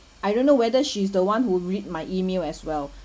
I don't know whether she's the one who read my email as well